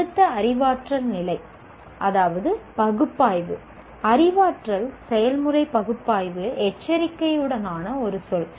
அடுத்த அறிவாற்றல் நிலை அதாவது 'பகுப்பாய்வு' அறிவாற்றல் செயல்முறை பகுப்பாய்வு எச்சரிக்கையுடனான ஒரு சொல்